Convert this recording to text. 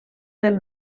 del